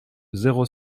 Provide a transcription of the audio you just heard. zéro